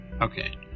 okay